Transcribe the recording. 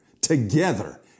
together